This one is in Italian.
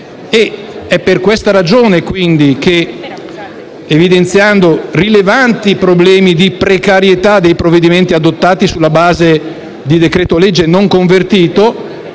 È per questa ragione quindi che, evidenziando rilevanti problemi di precarietà dei provvedimenti adottati sulla base di decreto-legge non convertito,